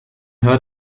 heard